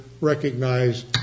recognize